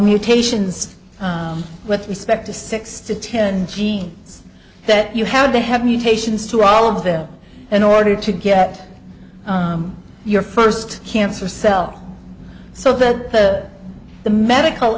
mutations with respect to six to ten genes that you have to have mutations to all of them in order to get your first cancer cell so that the medical